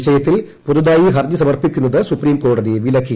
വിഷയത്തിൽ പുതുതായി ഹർജിസമർപ്പിക്കുന്നത് സുപ്രീംകോടതി വിലക്കി